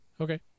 Okay